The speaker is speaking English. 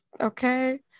Okay